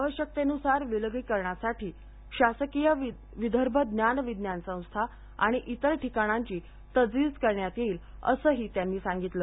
आवश्यकतेनुसार विलगीकरणासाठी शासकीय विदर्भ ज्ञानविज्ञान संस्था आणि इतर ठिकाणांची तजवीज करण्यात येईल असेही त्यांनी सांगितले